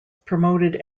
promoted